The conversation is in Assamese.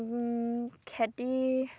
খেতি